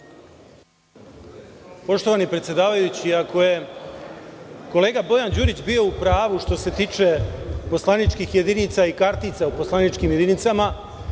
Jovanović** Ako je kolega Bojan Đurić bio u pravu što se tiče poslaničkih jedinica i kartica u poslaničkim jedinicama,